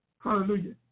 Hallelujah